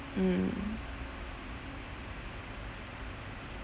mm